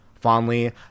fondly